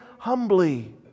Humbly